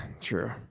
true